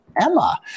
Emma